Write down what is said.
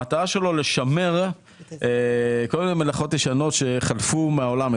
המטרה שלו היא לשמר כל מיני מלאכות ישנות שחלפו מן העולם,